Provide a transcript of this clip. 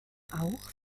auch